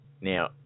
Now